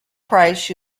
price